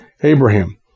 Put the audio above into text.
Abraham